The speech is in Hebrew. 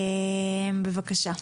בבקשה.